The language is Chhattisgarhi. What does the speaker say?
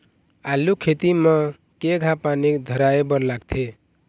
आलू खेती म केघा पानी धराए बर लागथे?